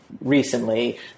recently